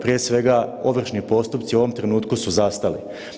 Prije svega ovršni postupci u ovom trenutku su zastali.